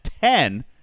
Ten